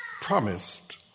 promised